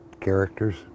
characters